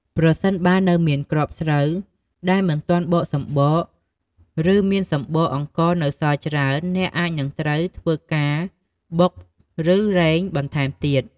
ប្រសិនបើនៅមានគ្រាប់ស្រូវដែលមិនទាន់បកសម្បក ឬមានសម្បកអង្ករនៅសល់ច្រើន អ្នកអាចនឹងត្រូវធ្វើការបុក ឬរែងបន្ថែមទៀត។